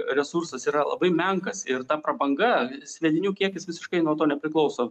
resursas yra labai menkas ir ta prabanga sviedinių kiekis visiškai nuo to nepriklauso